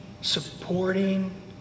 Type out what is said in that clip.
supporting